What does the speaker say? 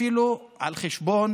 אפילו על חשבון